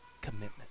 commitment